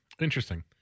Interesting